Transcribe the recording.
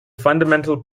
fundamental